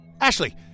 Ashley